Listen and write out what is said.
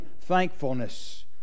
thankfulness